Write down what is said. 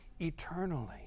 eternally